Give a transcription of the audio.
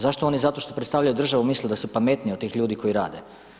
Zašto oni zato što predstavljaju državu misle da su pametniji od tih ljudi koji rade?